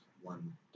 one